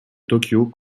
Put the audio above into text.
tōkyō